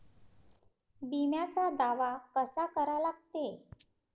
बिम्याचा दावा कसा करा लागते?